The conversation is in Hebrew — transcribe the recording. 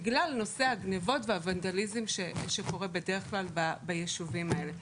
בגלל נושא הגנבות והוונדליזם שקורים בדרך כלל ביישובים האלה.